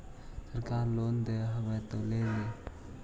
सरकार लोन दे हबै तो ले हो?